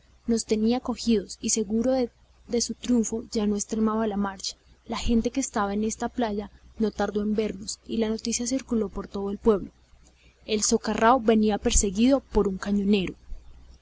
nos tenía cogidos y seguro de su triunfo ya no extremaba la marcha la gente que estaba en esta playa no tardó en vernos y la noticia circuló por todo el pueblo el socarrao venía perseguido por un cañonero